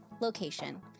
location